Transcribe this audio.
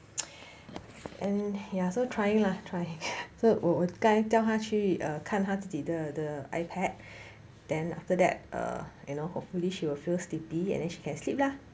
and ya also trying lah trying so 我刚刚叫他去看他自己的的 ipad then after that err you know hopefully she'll feel sleepy and then she can sleep lah